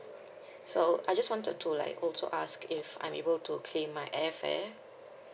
so I just wanted to like also ask if I'm able to claim my air fare